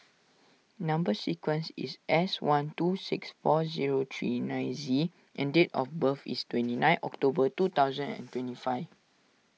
Number Sequence is S one two six four zero three nine Z and date of birth is twenty nine October two thousand and twenty five